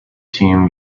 team